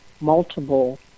multiple